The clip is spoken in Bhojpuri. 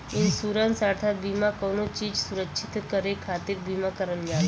इन्शुरन्स अर्थात बीमा कउनो चीज सुरक्षित करे खातिर बीमा करल जाला